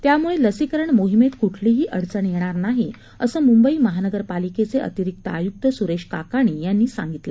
त्यामुळे लसीकरण मोहीमेत कुठलीही अडचण येणार नाही असं मुंबई महानगर पालिकेचे अतिरिक्त आयुक्त सुरेश काकाणी यांनी सांगितले